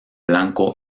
blanco